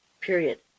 Period